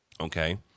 Okay